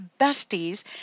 besties